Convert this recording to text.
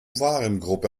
warengruppe